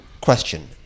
question